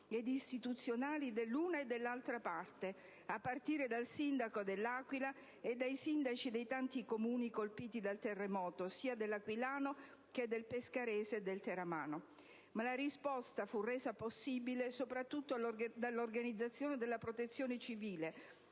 ed istituzionali dell'una e dell'altra parte, a partire dal sindaco dell'Aquila e dai sindaci dei tanti Comuni colpiti dal terremoto, sia dell'aquilano che del pescarese e del teramano. Ma la risposta fu resa possibile soprattutto dall'organizzazione della Protezione civile,